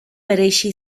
bereizi